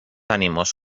ánimos